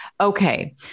Okay